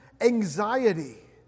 anxiety